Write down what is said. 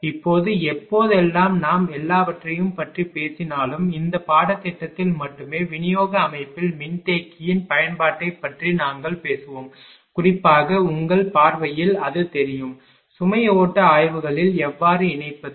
இப்போது எப்போதெல்லாம் நாம் எல்லாவற்றையும் பற்றி பேசினாலும் இந்த பாடத்திட்டத்தில் மட்டுமே விநியோக அமைப்பில் மின்தேக்கியின் பயன்பாட்டைப் பற்றி நாங்கள் பேசுவோம் குறிப்பாக உங்கள் பார்வையில் அது தெரியும் சுமை ஓட்ட ஆய்வுகளில் எவ்வாறு இணைப்பது